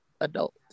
adult